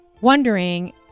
wondering